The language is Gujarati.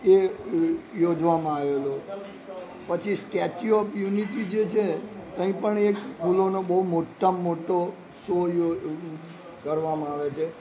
એ યોજવામાં આવેલો પછી સ્ટેચ્યુ ઓફ યુનિટી જે છે કંઈ પણ એક ફૂલોનો બોઉ મોટામાં મોટો શો કરવામાં આવે છે